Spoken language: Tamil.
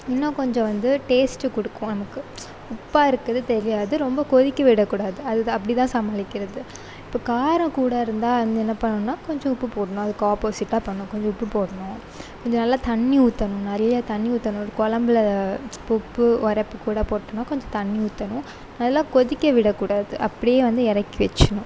இன்னும் கொஞ்சம் வந்து டேஸ்ட்டு கொடுக்கும் நமக்கு உப்பாக இருக்கிறது தெரியாது ரொம்ப கொதிக்க விட கூடாது அதுதான் அப்படிதான் சமாளிக்கிறது இப்போ காரம் கூட இருந்தா வந்து என்ன பண்ணுன்னா கொஞ்சம் உப்பு போட்ணும் அதுக்கு ஆப்போசிட்டாக பண்ணும் கொஞ்சம் உப்பு போட்ணும் கொஞ்சம் நல்லா தண்ணி ஊற்றணும் நிறைய தண்ணி ஊற்றணும் குழம்புல உப்பு உரப்பு கூட போட்டன்னா கொஞ்சம் தண்ணி ஊற்றணும் நல்லா கொதிக்க விட கூடாது அப்படே வந்து இறக்கி வச்சிவிட்ணும்